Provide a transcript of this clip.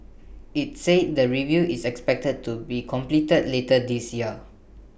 IT said the review is expected to be completed later this year